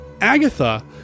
Agatha